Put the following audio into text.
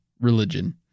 religion